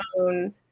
own